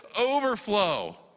overflow